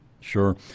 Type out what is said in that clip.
Sure